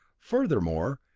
furthermore,